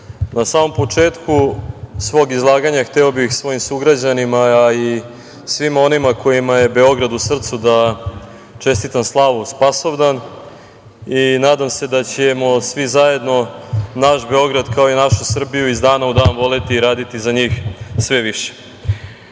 na samom početku svog izlaganja hteo bih svojim sugrađanima, a i svima onima kojima je Beograd u srcu da čestitam slavu Spasovdan i nadam se da ćemo svi zajedno naš Beograd, kao i našu Srbiju iz dana u dan voleti i raditi za njih sve